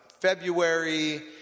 February